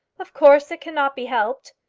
of course it cannot be helped.